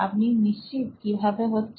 আপনি নিশ্চিত কি ভাবে হচ্ছেন